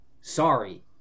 Sorry